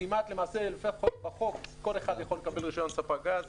למעשה לפי החוק כל אחד יכול לקבל רישיון ספק גז